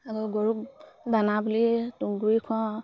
আকৌ গৰুক দানা বুলি তুঁহগুৰি খোৱাও